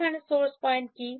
এখানে Source Point কি